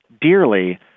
dearly